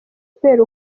kubera